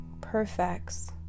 perfects